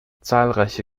zahlreiche